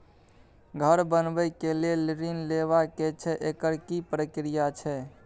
घर बनबै के लेल ऋण लेबा के छै एकर की प्रक्रिया छै?